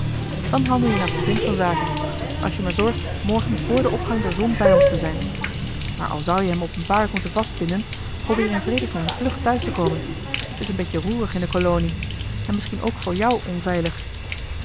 dan handel je naar bevind van zaken als je maar zorgt morgen vr den opgang der zon bij ons te zijn maar al zou-je hem op een paard moeten vastbinden probeer in vredesnaam vlug thuis te komen t is een beetje roerig in de kolonie en misschien ook voor jou onveilig